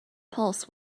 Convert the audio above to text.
pulse